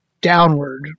downward